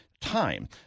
time